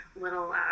little